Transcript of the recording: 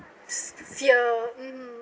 f fear mmhmm